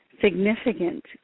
significant